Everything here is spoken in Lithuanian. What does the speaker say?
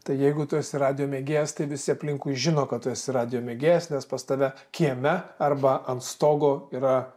tai jeigu tu esi radijo mėgėjas tai visi aplinkui žino kad tu esi radijo mėgėjas nes pas tave kieme arba ant stogo yra